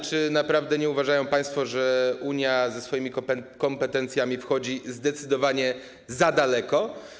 Czy naprawdę nie uważają państwo, że Unia ze swoimi kompetencjami wchodzi zdecydowanie za daleko?